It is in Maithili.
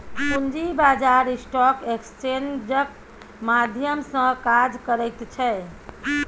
पूंजी बाजार स्टॉक एक्सेन्जक माध्यम सँ काज करैत छै